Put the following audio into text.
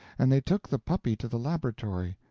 and they took the puppy to the laboratory,